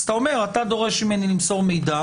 אתה אומר שאתה דורש ממני למסור מידע,